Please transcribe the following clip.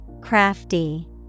Crafty